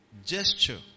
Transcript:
gesture